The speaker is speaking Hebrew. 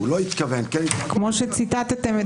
כי אף אחד כבר לא יכול לבדוק אותם,